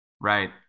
Right